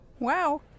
Wow